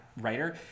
writer